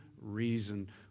reason